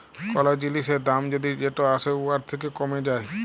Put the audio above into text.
call জিলিসের দাম যদি যেট আসে উয়ার থ্যাকে কমে যায়